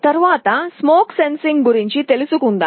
తరువాత పొగ సెన్సింగ్ గురించి మాట్లాడుదాం